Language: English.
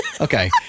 Okay